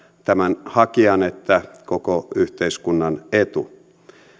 tämän hakijan että koko yhteiskunnan etu